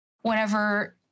whenever